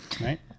right